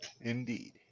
Indeed